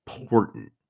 important